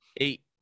Eight